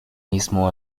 mismo